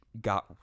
got